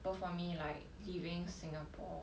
but for me like leaving singapore